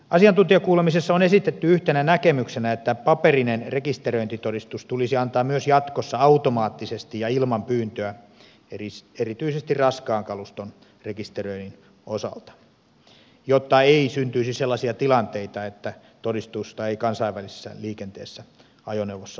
asiantuntijakuulemisessa on esitetty yhtenä näkemyksenä että paperinen rekisteröintitodistus tulisi antaa myös jatkossa automaattisesti ja ilman pyyntöä erityisesti raskaan kaluston rekisteröinnin osalta jotta ei syntyisi sellaisia tilanteita että todistusta ei kansainvälisessä liikenteessä olisi ajoneuvossa mukana